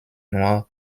nur